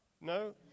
No